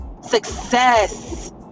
success